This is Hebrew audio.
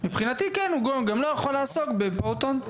מבחינתי הוא לא יכול להיות מועסק בפעוטון.